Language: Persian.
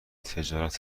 تجارت